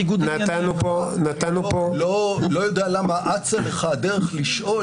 פעם נוספת חברי האופוזיציה הראו שכושר הסבלנות שלי לשמוע,